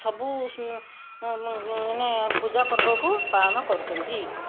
ସବୁ ପୂଜା ପର୍ବକୁ ପାଳନ କରୁଛନ୍ତି